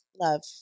Love